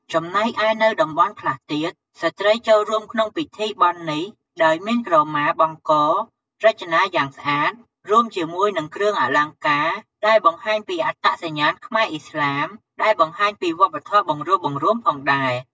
ចំណែកឯនៅតំបន់ខ្លះទៀត ស្ត្រីចូលរួមក្នុងពិធីបុណ្យនេះដោយ មានក្រម៉ាបង់ករចនាយ៉ាងស្អាត រួមជាមួយនឹងគ្រឿងអលង្ការដែលបង្ហាញពីអត្តសញ្ញាណខ្មែរឥស្លាម ដែលបង្ហាញពីវប្បធម៌បង្រួបបង្រួមផងដែរ។។